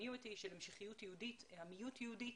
המשכיות יהודית, עמיות יהודית.